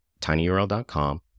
tinyurl.com